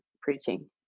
preaching